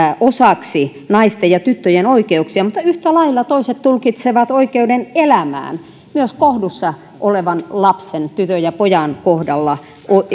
osaksi naisten ja tyttöjen oikeuksia mutta yhtä lailla toiset tulkitsevat oikeuden elämään myös kohdussa olevan lapsen tytön ja pojan kohdalla